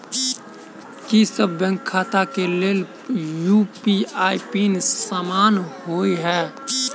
की सभ बैंक खाता केँ लेल यु.पी.आई पिन समान होइ है?